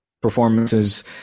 performances